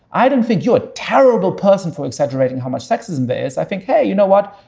i don't think you're a terrible person for exaggerating how much sexism there is. i think, hey, you know what?